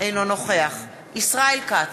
אינו נוכח ישראל כץ,